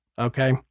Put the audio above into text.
Okay